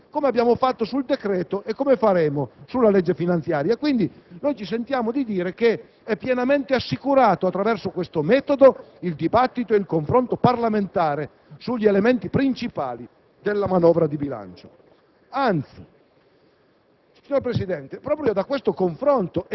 che conduca a modificazioni, impegni, ragionamenti comuni, come abbiamo fatto sul decreto e come faremo sulla legge finanziaria. Quindi, ci sentiamo di dire che è pienamente assicurato, attraverso questo metodo, il dibattito e il confronto parlamentare sugli elementi principali della manovra di bilancio.